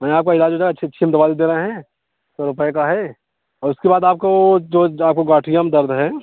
मैं आपका इलाज़ बताऊँ अच्छी अच्छी हम दवा दे दे रहे हैं सौ रुपये का है और उसके बाद आपको जो आपको गठिया में दर्द है